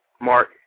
mark